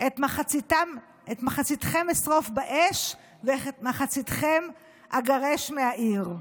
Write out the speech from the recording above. את מחציתכם אשרוף באש ואת מחציתכם אגרש מהעיר.